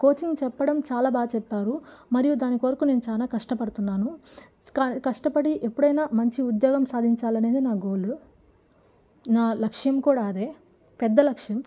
coaching చెప్పడం చాలా బాగా చెప్పారు మరియు దాని కొరకు నేను చాలా కష్టపడుతున్నాను కష్టపడి ఎప్పుడైనా మంచి ఉద్యోగం సాధించాలనేదే నా గోలు నా లక్ష్యం కూడా అదే పెద్ద లక్ష్యం